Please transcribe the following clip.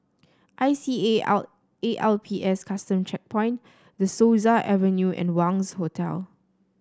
I C A L A L P S Custom Checkpoint De Souza Avenue and Wangz Hotel